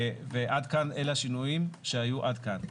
עד כאן אלה השינויים שהיו עד כאן.